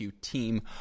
team